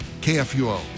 KFUO